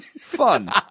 fun